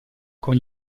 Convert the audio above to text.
con